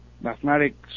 mathematics